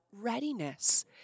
readiness